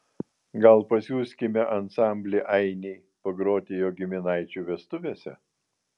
gal pasiųskime ansamblį ainiai pagroti jo giminaičių vestuvėse